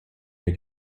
der